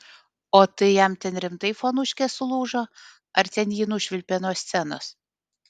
o tai jam ten rimtai fonuškė sulūžo ar ten jį nušvilpė nuo scenos